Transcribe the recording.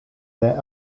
their